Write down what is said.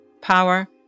power